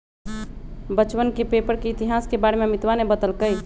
बच्चवन के पेपर के इतिहास के बारे में अमितवा ने बतल कई